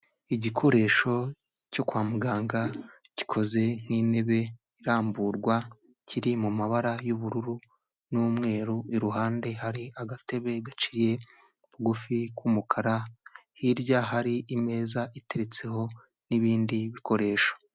Igikoresho cyo kwa muganga, gikoze nk'intebe iramburwa, kiri mu mabara y'ubururu n'umweru, iruhande hari agatebe gaciye bugufi k'umukara, hirya hari imeza iteretseho n'ibindi bikoresho.